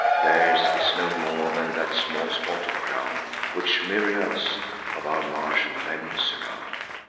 theirs is no more than that small spot of ground which myriads of our martial men surround.